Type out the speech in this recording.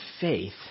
faith